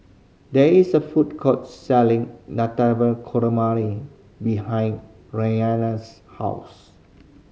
there is a food court selling Navratan Korma behind Ryann's house